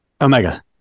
Omega